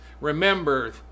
remember